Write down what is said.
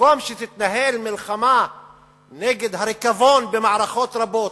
במקום שתתנהל מלחמה נגד הריקבון במערכות רבות,